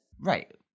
Right